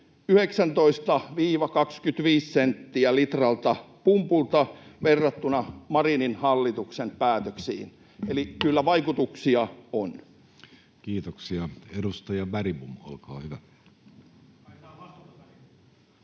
19—25 senttiä litralta pumpulta verrattuna Marinin hallituksen päätöksiin. Eli kyllä vaikutuksia on. Kiitoksia. — Edustaja Bergbom, olkaa hyvä.